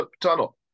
tunnel